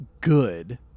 good